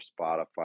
Spotify